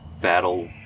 battle